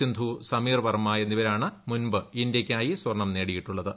സിന്ധു സമീർവർമ്മ എന്നിവരാണ് മുൻപ് ഇന്ത്യക്കായി സ്വർണ്ണം നേടിയിട്ടുള്ളത്